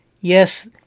Yes